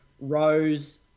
Rose